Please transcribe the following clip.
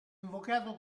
invocato